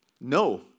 No